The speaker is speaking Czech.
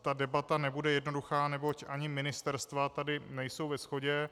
Ta debata nebude jednoduchá, neboť ani ministerstva tady nejsou ve shodě.